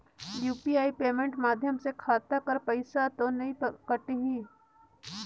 UPI payment माध्यम से खाता कर पइसा तो नी कटही?